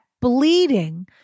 bleeding